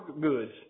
goods